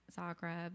Zagreb